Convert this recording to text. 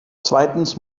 zweitens